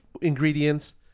ingredients